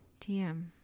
tm